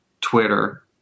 Twitter